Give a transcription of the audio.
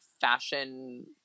fashion